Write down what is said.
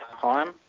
time